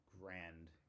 grand